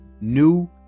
new